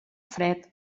fred